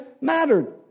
mattered